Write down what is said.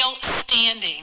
standing